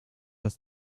das